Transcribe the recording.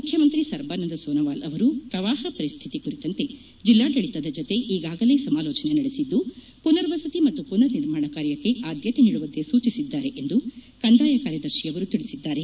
ಮುಖ್ಯಮಂತ್ರಿ ಸರ್ಬಾನಂದ ಸೋನವಾಲ ಅವರು ಪ್ರವಾಹ ಪರಿಸ್ತಿತಿ ಕುರಿತಂತೆ ಜಿಲ್ಡಾಡಳಿತದ ಜತೆ ಈಗಾಗಲೇ ಸಮಾಲೋಚನೆ ನಡೆಸಿದ್ದು ಪುನವರ್ಸತಿ ಮತ್ತು ಪುನರ್ ನಿರ್ಮಾಣ ಕಾರ್ಯಕ್ಕೆ ಆದ್ಯತೆ ನೀಡುವಂತೆ ಸೂಚಿಸಿದ್ದಾರೆ ಎಂದು ಕಂದಾಯ ಕಾರ್ಯದರ್ಶಿಯವರು ತಿಳಿಸಿದ್ದಾರೆ